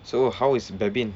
so how is baveen